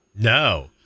No